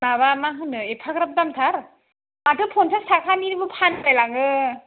माबा मा होनो एफाग्राप दामथार माथो पन्सास थाखानिबो फानलायलाङो